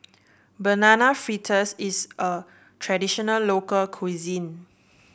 Banana Fritters is a traditional local cuisine